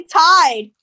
tied